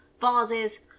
vases